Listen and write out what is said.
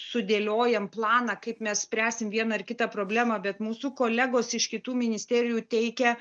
sudėliojam planą kaip mes spręsim vieną ar kitą problemą bet mūsų kolegos iš kitų ministerijų teikia